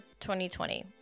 2020